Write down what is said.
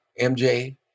MJ